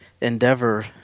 endeavor